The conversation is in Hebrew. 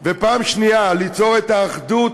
וגם כדי ליצור את האחדות